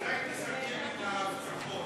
אולי תסכם את ההבטחות?